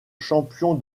champion